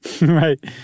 Right